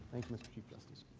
mr. chief justice.